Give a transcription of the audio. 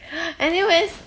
anyways